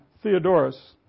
Theodorus